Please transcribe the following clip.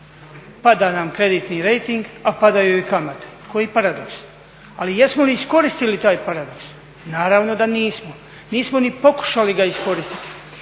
pada nam kreditni rejting a padaju i kamate. Koji paradoks! Ali jesmo li iskoristili taj paradoks? Naravno da nismo. Nismo ni pokušali ga iskoristiti.